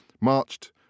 marched